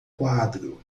quadro